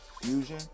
fusion